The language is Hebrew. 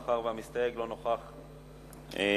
מאחר שהמסתייג לא נוכח במליאה.